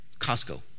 Costco